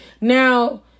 Now